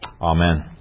Amen